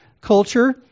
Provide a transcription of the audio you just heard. culture